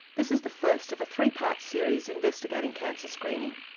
this is the first of a three part series investigating cancer screening.